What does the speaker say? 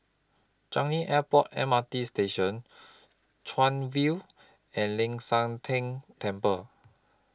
Changi Airport M R T Station Chuan View and Ling San Teng Temple